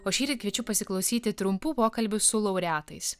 o šįryt kviečiu pasiklausyti trumpų pokalbių su laureatais